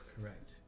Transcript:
Correct